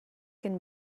can